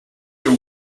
your